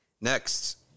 Next